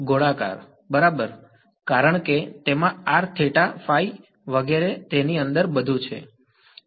ગોળાકાર બરાબર કારણ કે તેમાં r થીટા ફાઈ વગેરે તેની અંદર બધું છે